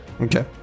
Okay